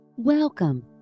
Welcome